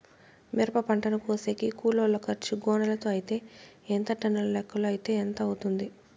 మిరప పంటను కోసేకి కూలోల్ల ఖర్చు గోనెలతో అయితే ఎంత టన్నుల లెక్కలో అయితే ఎంత అవుతుంది?